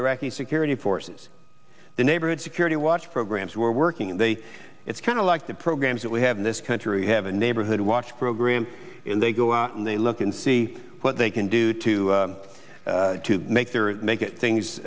iraqi security forces the neighborhood security watch programs were working and they it's kind of like the programs that we have in this country have a neighborhood watch program and they go out and they look and see what they can do to to make their or make it things